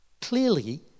Clearly